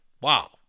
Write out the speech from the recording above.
wow